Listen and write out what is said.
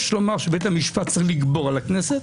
לומר שבית המשפט צריך לגבור על הכנסת,